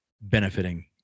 benefiting